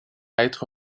être